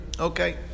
Okay